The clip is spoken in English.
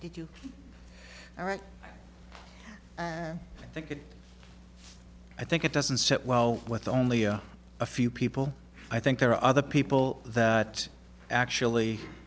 if you are right and i think that i think it doesn't sit well with only a few people i think there are other people that actually